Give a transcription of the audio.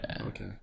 Okay